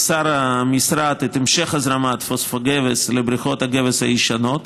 אסר המשרד את המשך הזרמת פוספוגבס לבריכות הגבס הישנות,